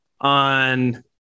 on